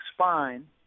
spine